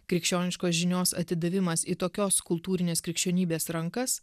krikščioniškos žinios atidavimas į tokios kultūrinės krikščionybės rankas